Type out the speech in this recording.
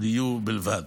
דיור בלבד.